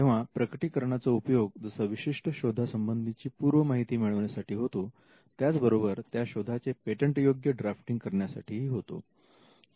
तेव्हा प्रकटीकरणाचा उपयोग जसा विशिष्ट शोधा संबंधीची पूर्व माहिती मिळविण्यासाठी होतो त्याच बरोबर त्या शोधाचे पेटंट योग्य ड्राफ्टिंग करण्यासाठीही होतो